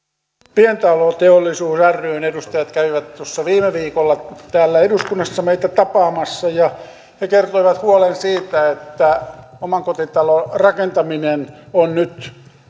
pientaloteollisuus ryn edustajat kävivät viime viikolla täällä eduskunnassa meitä tapaamassa ja he kertoivat huolen siitä että omakotitalorakentaminen on nyt